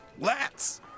lats